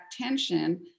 tension